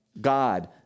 God